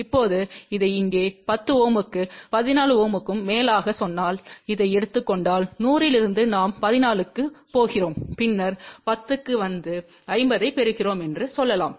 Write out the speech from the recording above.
இப்போது இதை இங்கே 10 Ω க்கும் 14 Ω க்கும் மேலாகச் சொன்னால் இதை எடுத்துக் கொண்டால் 100 ல் இருந்து நாம் 14 க்குப் போகிறோம் பின்னர் 10 க்கு வந்து 50 ஐப் பெறுகிறோம் என்று சொல்லலாம்